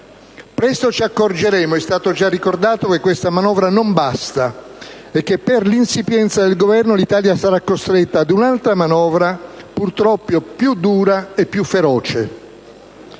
Presto ci accorgeremo - è stato già ricordato - che questa manovra non basta e che per l'insipienza del Governo l'Italia sarà costretta ad un'altra manovra, purtroppo più dura e più feroce.